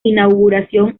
inauguración